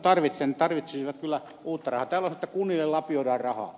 täällä on sanottu että kunnille lapioidaan rahaa